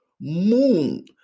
Moon